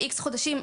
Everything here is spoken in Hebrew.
X חודשים,